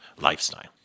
lifestyle